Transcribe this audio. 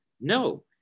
No